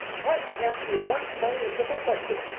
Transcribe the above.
i must ask you one plain and simple question,